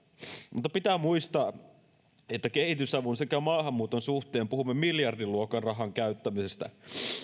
mutta pitää muistaa että kehitysavun sekä maahanmuuton suhteen puhumme miljardiluokan rahan käyttämisestä